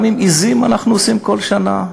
גם לגבי עזים אנחנו עושים כל שנה,